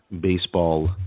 baseball